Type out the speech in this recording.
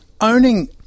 owning